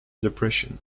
depression